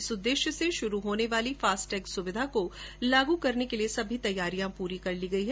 इस उददेश्य से शुरू होने वाली फास्ट टेग सुविधा को लागू करने के लिए सभी तैयारियां पूरी कर ली गई हैं